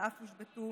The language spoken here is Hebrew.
ואף הושבתו,